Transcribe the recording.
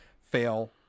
fail